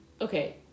Okay